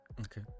Okay